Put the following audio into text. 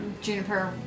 Juniper